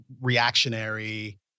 reactionary